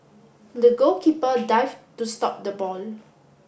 the goalkeeper dived to stop the ball